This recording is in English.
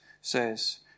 says